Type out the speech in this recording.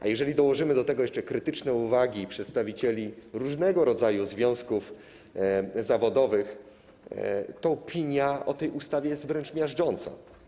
A jeżeli dołożymy do tego jeszcze krytyczne uwagi przedstawicieli różnego rodzaju związków zawodowych, to opinia o tej ustawie jest wręcz miażdżąca.